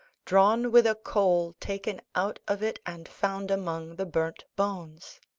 drawn with a coal taken out of it and found among the burnt bones.